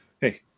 hey